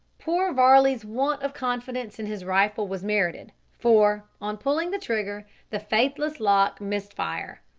poor varley's want of confidence in his rifle was merited, for, on pulling the trigger, the faithless lock missed fire.